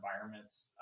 environments